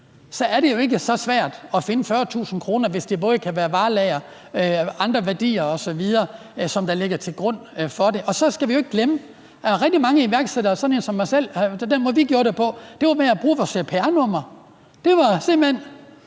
så er det jo ikke så svært at finde 40.000 kr., hvis det både kan være varelager, andre værdier osv., som ligger til grund for det. Og så skal vi jo ikke glemme, at den måde, rigtig mange iværksættere som f.eks. mig selv gjorde det på, var ved at bruge vores cpr-nummer; det var simpelt hen